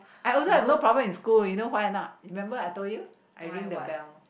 I also have no problem in school you know why or not remember I told you I ring the bell